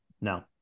No